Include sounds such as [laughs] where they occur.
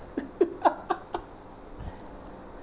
[laughs]